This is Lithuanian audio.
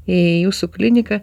į jūsų kliniką